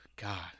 God